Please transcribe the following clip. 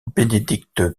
bénédicte